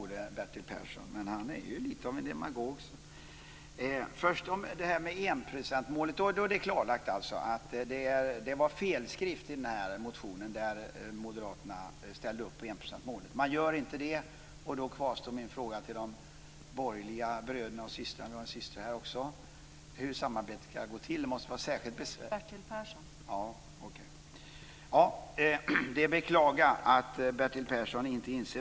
Det är att beklaga att Bertil Persson inte inser värdet av enprocentsmålet, kan jag sammanfatta detta med.